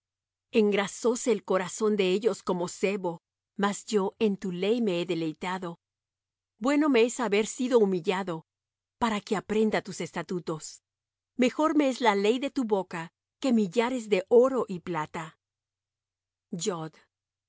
mandamientos engrasóse el corazón de ellos como sebo mas yo en tu ley me he deleitado bueno me es haber sido humillado para que aprenda tus estatutos mejor me es la ley de tu boca que millares de oro y plata